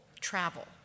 travel